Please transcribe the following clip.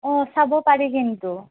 অঁ চাব পাৰি কিন্তু